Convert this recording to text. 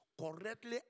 correctly